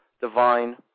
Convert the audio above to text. divine